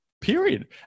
period